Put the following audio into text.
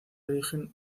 origen